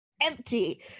empty